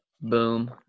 boom